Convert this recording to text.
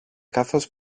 καθώς